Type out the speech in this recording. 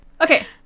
Okay